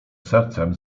sercem